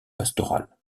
pastorale